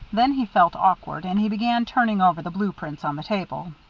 then he felt awkward, and he began turning over the blue prints on the table.